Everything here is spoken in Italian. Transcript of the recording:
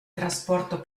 trasporto